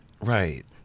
Right